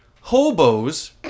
hobos